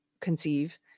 conceive